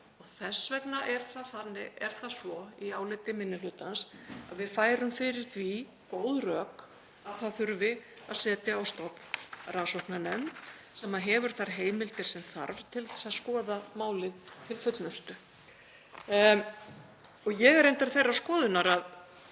Þess vegna er það svo í áliti minni hlutans að við færum fyrir því góð rök að það þurfi að setja á stofn rannsóknarnefnd sem hefur þær heimildir sem þarf til að skoða málið til fullnustu. Ég er reyndar þeirrar skoðunar að